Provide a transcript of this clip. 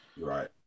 Right